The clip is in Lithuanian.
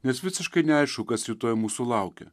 nes visiškai neaišku kas rytoj mūsų laukia